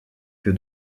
que